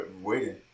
waiting